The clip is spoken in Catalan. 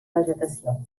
vegetació